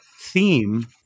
theme